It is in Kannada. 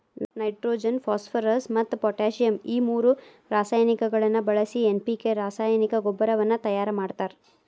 ನೈಟ್ರೋಜನ್ ಫಾಸ್ಫರಸ್ ಮತ್ತ್ ಪೊಟ್ಯಾಸಿಯಂ ಈ ಮೂರು ರಾಸಾಯನಿಕಗಳನ್ನ ಬಳಿಸಿ ಎನ್.ಪಿ.ಕೆ ರಾಸಾಯನಿಕ ಗೊಬ್ಬರವನ್ನ ತಯಾರ್ ಮಾಡ್ತಾರ